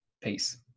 Peace